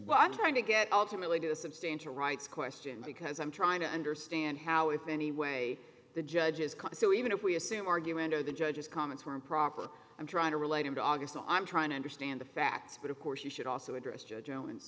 well i'm trying to get ultimately to a substantial rights question because i'm trying to understand how if any way the judges cut so even if we assume argument or the judge's comments were improper i'm trying to relate them to august so i'm trying to understand the facts but of course you should also